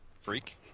freak